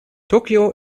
tokio